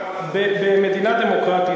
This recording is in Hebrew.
במדינה דמוקרטית,